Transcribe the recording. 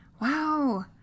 Wow